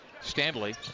Stanley